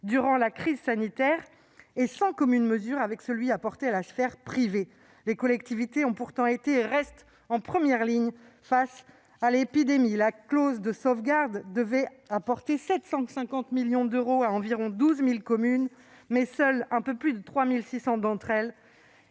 durant la crise sanitaire est sans commune mesure avec l'aide apportée à la sphère privée. Les collectivités ont pourtant été et restent en première ligne face à l'épidémie. La clause de sauvegarde devait apporter 750 millions d'euros à environ 12 000 communes. Or seules un peu plus de 3 600 d'entre elles